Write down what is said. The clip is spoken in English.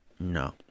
No